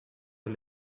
der